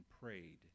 prayed